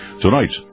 Tonight